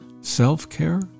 self-care